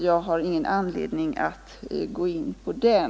Jag har ingen anledning att gå in på den frågan.